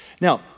Now